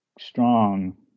strong